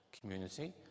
community